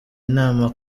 inama